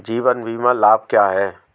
जीवन बीमा लाभ क्या हैं?